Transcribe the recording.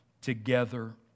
together